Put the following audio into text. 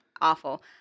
Awful